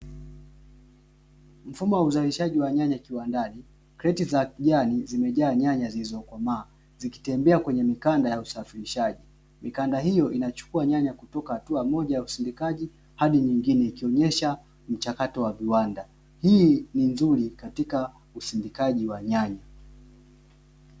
Mfumo wa uzalishaji wa nyanya kiwandani, kreti za kijani zimejaa nyanya zilizokomaa zikitembea kwenye mikanda ya usafirishaji. Mikanda hiyo inachukua nyanya kutoka hatua moja ya usindikaji hadi nyingine, ikionyesha mchakato wa viwanda, hii ni nzuri katika usindikaji wa nyanya.